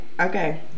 Okay